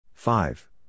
Five